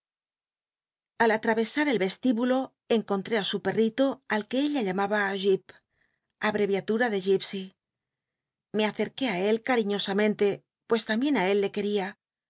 al allavesar el vestíbulo encontré á su perrito al que ella llamaba j ip abreviatura de gypsy me acerqué í él cariñosamente pues tambien tí él le quería